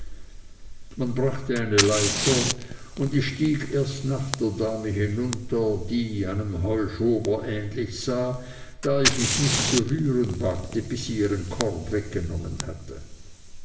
man brachte eine leiter und ich stieg erst nach der dame hinunter die einem heuschober ähnlich sah da ich mich nicht zu rühren wagte bis sie ihren korb weggenommen hatte